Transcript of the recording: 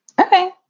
Okay